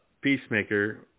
Peacemaker